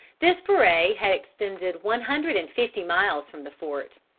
this foray had extended one hundred and fifty miles from the fort.